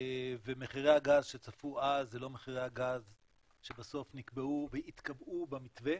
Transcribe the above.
ומחירי הגז שצפו אז זה לא מחירי הגז שבסוף נקבעו והתקבעו במתווה,